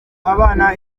abana